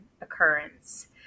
occurrence